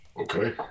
Okay